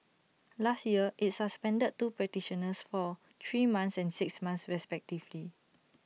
last year IT suspended two practitioners for three months and six months respectively